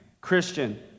Christian